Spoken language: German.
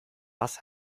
was